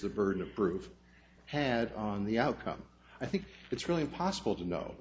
the burden of proof had on the outcome i think it's really impossible to know